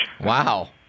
Wow